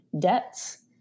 debts